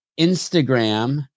Instagram